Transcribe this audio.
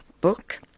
book